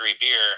beer